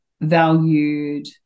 valued